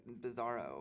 bizarro